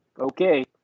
Okay